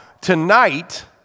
tonight